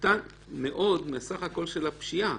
קטן מאוד מסך כול הפשיעה.